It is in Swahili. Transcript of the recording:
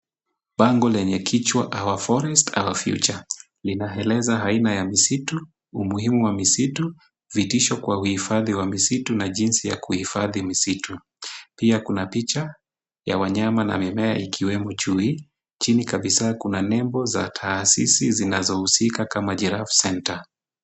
Bango lenye kichwa Power Forest our Future linaeleza aina ya misitu ,umuhimu wa misitu ,vitisho kwa uhifadhi wa misitu na jinsi ya kuhifadhi misitu ,pia kuna picha ya wanyama na mimea ikiwemo chui , chini kabisa kuna nembo za taasisi zinazohusika kama Giraffe Center .